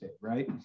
right